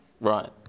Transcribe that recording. Right